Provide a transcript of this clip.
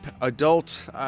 adult